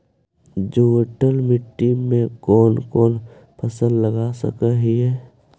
जलोढ़ मिट्टी में कौन कौन फसल लगा सक हिय?